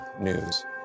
news